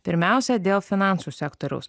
pirmiausia dėl finansų sektoriaus